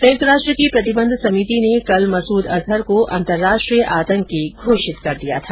संयुक्त राष्ट्र की प्रतिबंध समिति ने कल मसूद अजहर को अंतर्राष्ट्रीय आतंकी घोषित कर दिया था